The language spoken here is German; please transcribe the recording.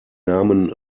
namen